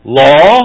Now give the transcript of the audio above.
law